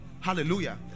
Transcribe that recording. Hallelujah